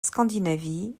scandinavie